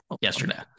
yesterday